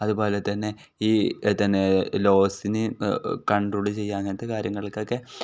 അതു പോലെ തന്നെ ഈ തന്നെ ലോസിന് കണ്ട്രോൾ ചെയ്യുക അങ്ങനത്തെ കാര്യങ്ങൾക്കൊക്കെ